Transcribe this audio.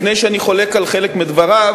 לפני שאני חולק על חלק מדבריו,